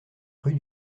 rue